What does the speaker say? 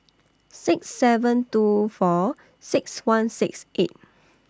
six seven two four six one six eight